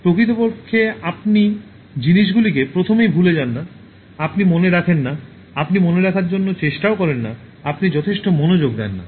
প্রকৃতপক্ষে আপনি জিনিসগুলিকে প্রথমেই ভুলে যান না আপনি মনে রাখেন না আপনি মনে রাখার জন্যও চেষ্টাও না আপনি যথেষ্ট মনোযোগ দেননা